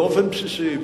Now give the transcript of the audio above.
באופן בסיסי,